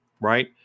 right